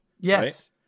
Yes